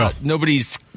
nobody's